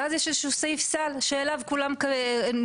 ואז יש איזשהו סעיף סל שאליו כולם נכנסים